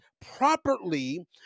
properly